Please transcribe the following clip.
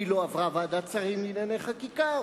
כי היא לא עברה ועדת שרים לענייני חקיקה,